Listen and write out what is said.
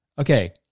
Okay